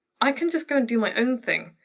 i can just go and do my own thing.